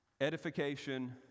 edification